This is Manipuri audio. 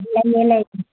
ꯂꯩꯌꯦ ꯂꯩ